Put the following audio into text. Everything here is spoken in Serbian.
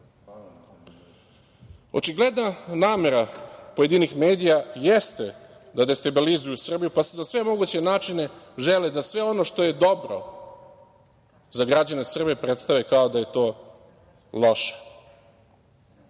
korisnici. Očigledna namera pojedinih medija jeste da destabilizuju Srbiju, pa na sve moguće načine žele da sve ono što je dobro za građane Srbije predstave kao da je to loše. Cilj